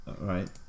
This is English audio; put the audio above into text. Right